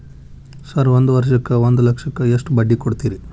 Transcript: Sir ಒಂದು ವರ್ಷಕ್ಕ ಒಂದು ಲಕ್ಷಕ್ಕ ಎಷ್ಟು ಬಡ್ಡಿ ಕೊಡ್ತೇರಿ?